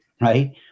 right